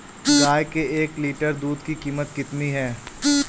गाय के एक लीटर दूध की कीमत कितनी है?